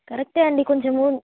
కరెక్టే అండి కొంచెము